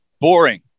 boring